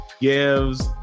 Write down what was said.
gives